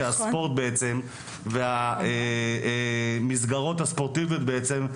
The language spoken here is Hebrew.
שהספורט בעצם והמסגרות הספורטיביות בעצם,